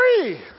free